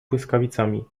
błyskawicami